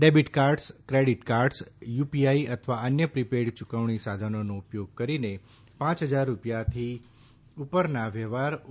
debit cards credit cards UPI અથવા અન્ય prepaid યુકવણી સાધનોનો ઉપયોગ કરીને પાંચ હજાર રૂપિયાથી ઉપરના વ્યવહાર ઓ